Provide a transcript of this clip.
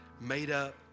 made-up